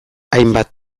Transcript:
hainbat